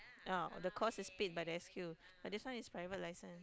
ah the course is paid by the S_Q but this one is private license